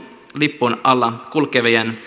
lipun alla kulkevien